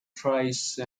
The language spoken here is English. praise